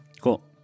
Cool